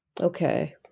Okay